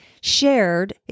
shared